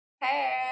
Hey